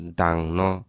dangno